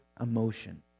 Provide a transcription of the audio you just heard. emotion